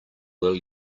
will